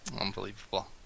Unbelievable